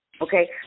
okay